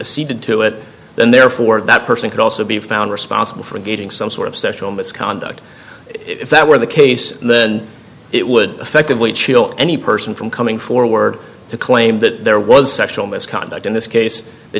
ceded to it then therefore that person could also be found responsible for getting some sort of sexual misconduct if that were the case then it would effectively chill any person from coming forward to claim that there was sexual misconduct in this case the